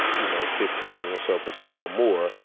you know, fifteen so percent, or more,